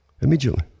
Immediately